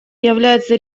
являются